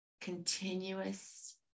continuous